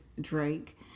Drake